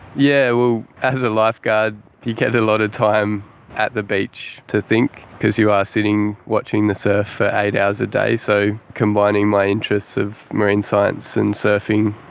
yeah well, as a lifeguard you get a lot of time at the beach to think because you are sitting watching the surf for eight hours a day, so combining my interests of marine science and surfing,